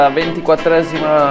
ventiquattresima